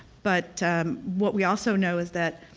but what we also know is that